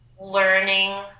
learning